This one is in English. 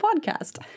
podcast